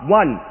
one